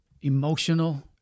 emotional